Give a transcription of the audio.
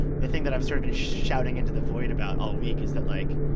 the thing that i've sort of been shouting into the void about all week is that, like,